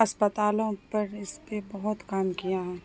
اسپتالوں پر اس پہ بہت کام کیا ہے